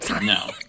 No